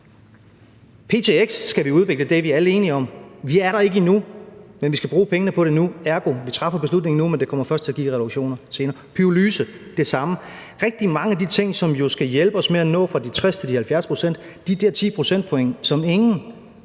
skal vi udvikle; det er vi alle enige om. Vi er der ikke endnu, men vi skal bruge pengene på det nu. Ergo træffer vi beslutningen nu, men det kommer først til at give reduktioner senere. For pyrolyse gælder det samme, og for rigtig mange af de ting, som jo skal hjælpe os med at nå fra de 60 til de 70 pct. – de der 10 procentpoint, som ingen,